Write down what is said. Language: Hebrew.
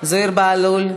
זוהיר בהלול,